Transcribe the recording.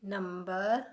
number